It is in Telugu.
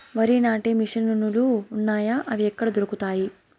వరి నాటే మిషన్ ను లు వున్నాయా? అవి ఎక్కడ దొరుకుతాయి?